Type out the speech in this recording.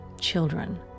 children